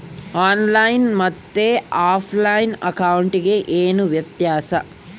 On line ಮತ್ತೆ offline ಅಕೌಂಟಿಗೆ ಏನು ವ್ಯತ್ಯಾಸ?